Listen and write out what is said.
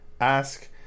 ask